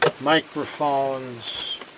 microphones